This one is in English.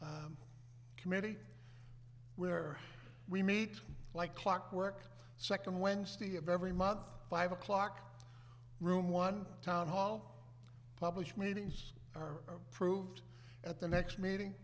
committee where we meet like clockwork second wednesday of every month five o'clock room one town hall publish meetings are approved at the next meeting